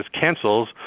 cancels